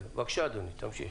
בבקשה, אדוני, תמשיך.